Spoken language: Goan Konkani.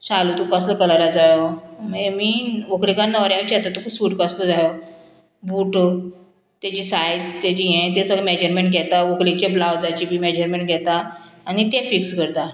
शालू तुका कसलो कलरा जायो मागीर मीन व्हंकलेकान न्हवऱ्याक विचारता तुका सूट कसलो जायो बूट तेजी सायज तेजी हें तें सगळें मेजरमेंट घेता व्हंकलेच्या ब्लावजाची बी मेजरमेंट घेता आनी तें फिक्स करता